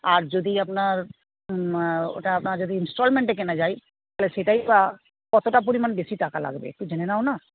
আর যদি আপনার ওটা আপনার যদি ইন্সটলমেন্টে কেনা যায় তাহলে সেটাই বা কতটা পরিমাণ বেশি টাকা লাগবে একটু জেনে নাও না